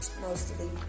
mostly